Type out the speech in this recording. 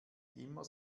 immer